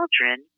children